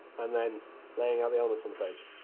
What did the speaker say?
and then laying out the elements on the page,